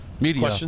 Media